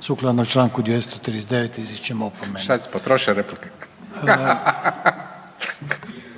sukladno članku 239. izričem opomenu. Imamo repliku